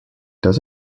does